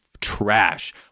trash